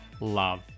Love